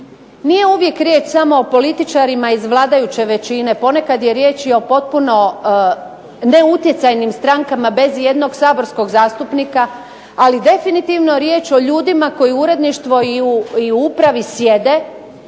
Nije uvijek riječ samo o političarima iz vladajuće većine, ponekad je riječ i o potpuno neutjecajnim strankama bez ijednog saborskog zastupnika, ali definitivno riječ o ljudima koji u uredništvu i u upravi sjede